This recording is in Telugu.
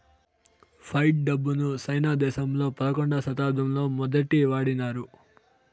ఫైట్ డబ్బును సైనా దేశంలో పదకొండవ శతాబ్దంలో మొదటి వాడినారు